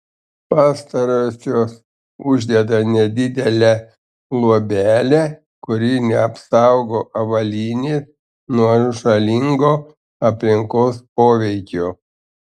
pastarosios uždeda nedidelę luobelę kuri neapsaugo avalynės nuo žalingo aplinkos poveikio